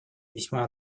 весьма